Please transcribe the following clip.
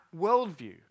worldview